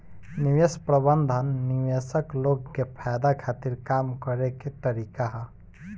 निवेश प्रबंधन निवेशक लोग के फायदा खातिर काम करे के तरीका ह